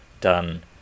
done